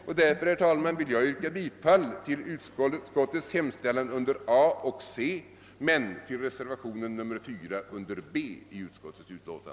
Därför, herr talman, vill jag yrka bifall till utskottets hemställan under A och C men till reservationen nr 4 under B i utskottets utlåtande.